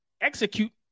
execute